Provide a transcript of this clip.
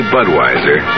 Budweiser